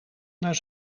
naar